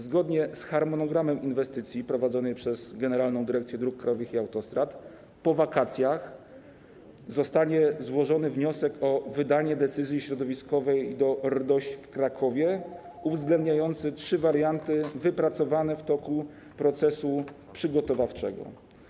Zgodnie z harmonogramem inwestycji prowadzonej przez Generalną Dyrekcję Dróg Krajowych i Autostrad po wakacjach zostanie złożony wniosek o wydanie decyzji środowiskowej do RDOŚ w Krakowie, uwzględniający trzy warianty wypracowane w toku procesu przygotowawczego.